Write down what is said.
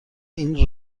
این